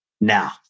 now